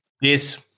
Yes